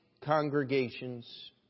congregations